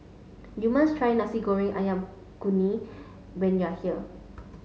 you must try Nasi Goreng Ayam Kunyit when you are here